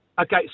okay